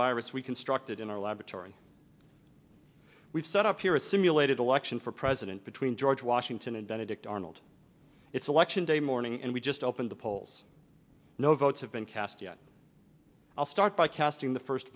virus we constructed in our laboratory we've set up here a simulated election for president between george washington and benedict arnold it's election day morning and we just opened the polls no votes have been cast yet i'll start by casting the first